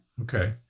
Okay